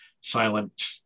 silent